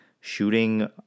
shooting